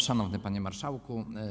Szanowny Panie Marszałku!